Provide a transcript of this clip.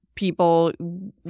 People